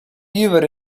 river